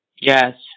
Yes